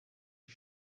die